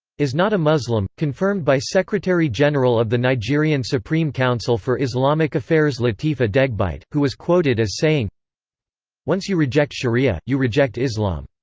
is not a muslim', confirmed by secretary-general of the nigerian supreme council for islamic affairs lateef adegbite, who was quoted as saying once you reject sharia, you reject islam.